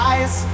Eyes